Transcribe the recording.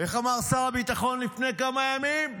איך אמר שר הביטחון לפני כמה ימים?